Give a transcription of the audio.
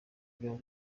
byo